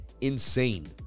Insane